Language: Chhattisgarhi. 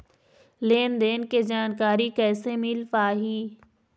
लेन देन के जानकारी कैसे मिल पाही?